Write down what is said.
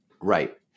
Right